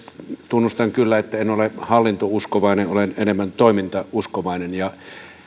tunnustan kyllä että en ole hallintouskovainen olen enemmän toimintauskovainen